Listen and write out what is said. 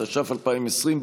התש"ף 2020,